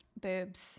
boobs